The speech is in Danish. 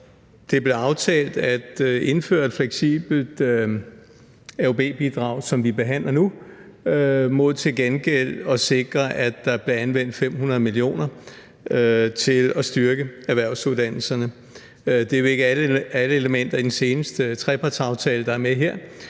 det blev aftalt at indføre et fleksibelt AUB-bidrag, som vi behandler nu, mod til gengæld at sikre, at der blev anvendt 500 mio. kr. til at styrke erhvervsuddannelserne. Det er jo ikke alle elementer i den seneste trepartsaftale, der er med her,